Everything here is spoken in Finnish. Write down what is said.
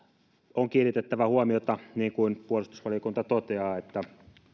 on kiinnitettävä huomiota siihen niin kuin puolustusvaliokunta toteaa että